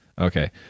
Okay